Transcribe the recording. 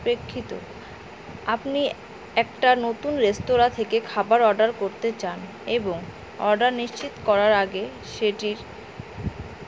পেক্ষিত আপনি একটা নতুন রেস্তোরাঁ থেকে খাবার অর্ডার করতে চান এবং অর্ডার নিশ্চিত করার আগে সেটির